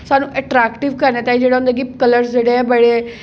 सानू ऐट्रैक्टिव करने ताईं जेह्ड़े उ'नें गी कलर जेह्ड़े ऐ बड़े